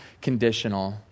conditional